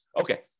Okay